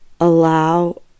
allow